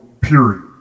period